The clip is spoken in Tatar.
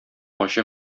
ачы